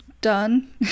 done